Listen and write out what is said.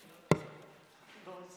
טוב.